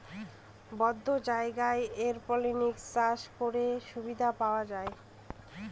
বদ্ধ জায়গায় এরপনিক্স চাষ করে সুবিধা পাওয়া যায়